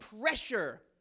pressure